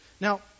Now